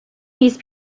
these